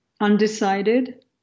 undecided